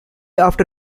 after